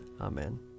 Amen